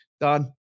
done